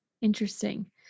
Interesting